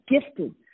gifted